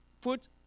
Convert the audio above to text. put